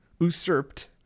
usurped